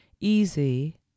easy